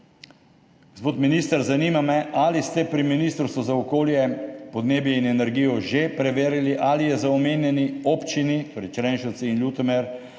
Gospod minister, zanima me: Ali ste pri Ministrstvu za okolje, podnebje in energijo že preverili, ali je za omenjeni občini, torej Črenšovci in Ljutomer,